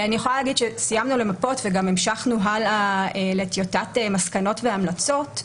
סיימנו למפות וגם המשכנו הלאה לטיוטת מסקנות והמלצות,